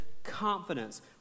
Confidence